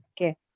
okay